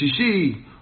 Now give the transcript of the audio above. Shishi